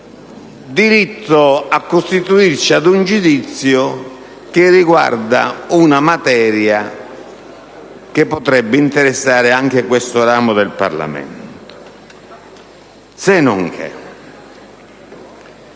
diritto a costituirci in un giudizio che riguarda una materia che potrebbe interessare anche questo ramo del Parlamento. Senonché